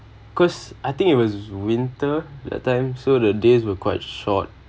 cause I think it was winter that time so the days were quite short